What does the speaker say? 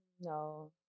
No